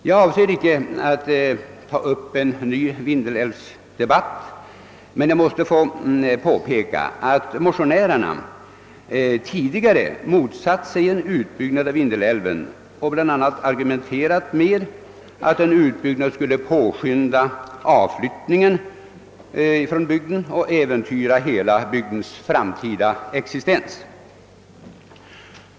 Jag avser icke att ta upp en ny vindelälvsdebatt, men jag måste få påpeka att motionärerna tidigare motsatt sig en utbyggnad av Vindelälven och argumenterat bl.a. med att en utbyggnad skulle påskynda avflyttningen från bygden och äventyra hela bygdens framtida existens.